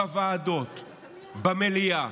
בוועדות, במליאה,